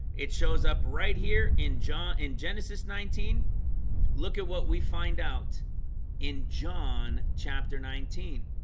it shows up right here in john in genesis nineteen look at what we find out in john chapter nineteen